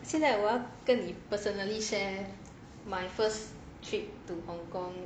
现在我跟你 personally share my first trip to hong-kong